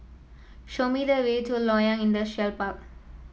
show me the way to Loyang Industrial Park